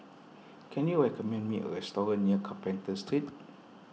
can you recommend me a restaurant near Carpenter Street